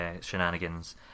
shenanigans